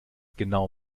genau